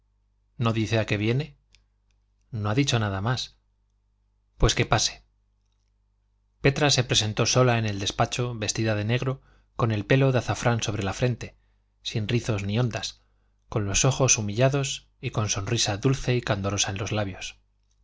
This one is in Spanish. no dice a qué viene no ha dicho nada más pues que pase petra se presentó sola en el despacho vestida de negro con el pelo de azafrán sobre la frente sin rizos ni ondas con los ojos humillados y con sonrisa dulce y candorosa en los labios